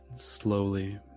slowly